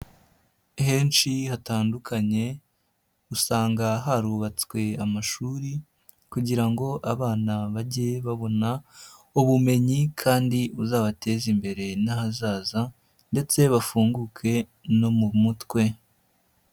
Henshi hatandukanye, usanga harubatswe amashuri kugira ngo abana bajye babona ubumenyi kandi buzabateze imbere n'ahazaza ndetse bafunguke no mu mutwe.